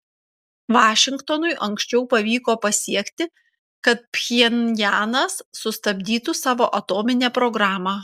vašingtonui anksčiau pavyko pasiekti kad pchenjanas sustabdytų savo atominę programą